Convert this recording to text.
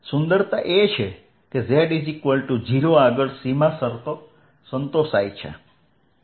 સુંદરતા એ છે કે z 0 આગળ સીમા શરતો સંતોષાય છે